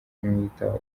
kumwitaho